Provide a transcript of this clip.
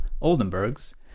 Oldenburg's